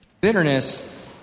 Bitterness